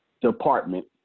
department